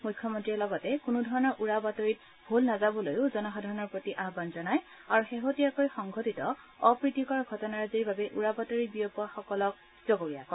মুখ্যমন্ত্ৰীয়ে লগতে কোনো ধৰণৰ উৰা বাতৰিত ভোল নাযাবলৈও জনসাধাৰণৰ প্ৰতি আহান জনায় আৰু শেহতীয়াকৈ সংঘটিত অপ্ৰীতিকৰ ঘটনাৰাজিৰ বাবে উৰা বাতৰি বিয়পোৱাসকলকে জগৰীয়া কৰে